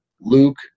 Luke